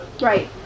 Right